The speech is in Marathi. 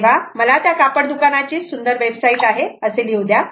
तेव्हा मला त्या कापड दुकानाची सुंदर वेबसाईट आहे असे लिहू द्या